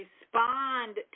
respond